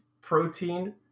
protein